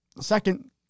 Second